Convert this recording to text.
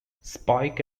spike